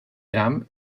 tram